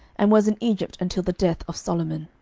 and was in egypt until the death of solomon.